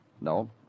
No